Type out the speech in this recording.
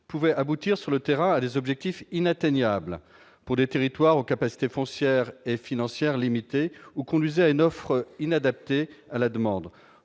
pouvait aboutir sur le terrain à des objectifs inatteignables pour des territoires en capacité foncière et financière limitée ou conduisait à une offre inadaptée à la demande